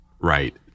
right